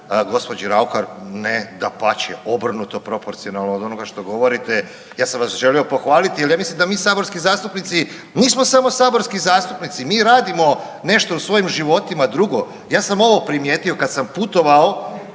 gđi. Raukar, ne, dapače, obrnuto proporcionalno od onoga što govorite, ja sam vas želio pohvaliti jer ja mislim da mi saborski zastupnici nismo samo saborski zastupnici, mi radimo nešto u svojim životima drugo. Ja sam ovo primijetio kad sam putovao